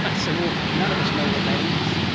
i said, well, none of us know what that is.